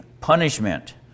punishment